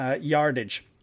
yardage